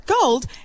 gold